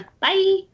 Bye